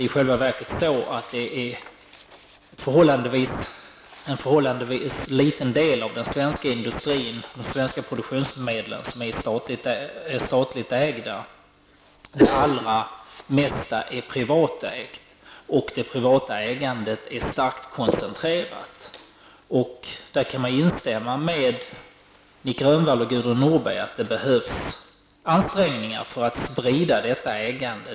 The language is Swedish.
I själva verket är en förhållandevis liten del av den svenska industrin och de svenska produktionsmedlen statligt ägd. Det mesta är privatägt. Det privata ägandet är starkt koncentrerat. Jag kan instämma med Nic Grönvall och Gudrun Norberg i att det behövs ansträngningar för att sprida detta ägande.